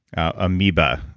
amoeba,